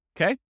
Okay